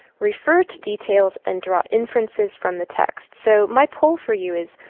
refer to details and draw inferences from the text. so my poll for you is,